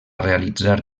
realitzar